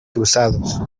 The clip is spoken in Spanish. cruzados